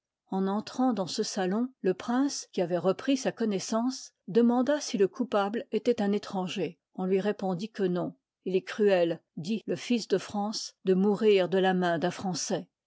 en entrant dans ce salon le prince qui avoit repris sa connoissance demanda si le coupable étoit un étranger on lui répondit que non il est cruel dit le fils de france de j mourir de la main d'un français